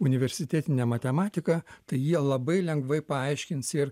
universitetinę matematiką tai jie labai lengvai paaiškins ir